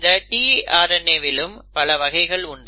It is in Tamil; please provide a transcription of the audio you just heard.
இந்த tRNAவிலும் பல வகைகள் உண்டு